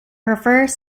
refers